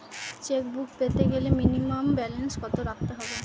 Chequebook পেতে গেলে minimum balance কত রাখতে হবে?